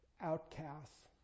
outcasts